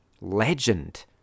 legend